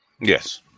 Yes